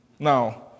Now